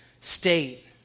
state